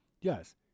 Yes